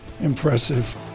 impressive